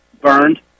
burned